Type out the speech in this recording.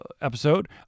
Episode